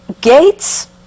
Gates